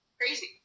crazy